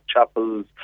Chapels